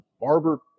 barber